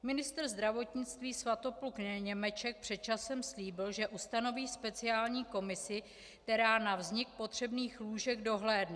Ministr zdravotnictví Svatopluk Němeček před časem slíbil, že ustanoví speciální komisi, která na vznik potřebných lůžek dohlédne.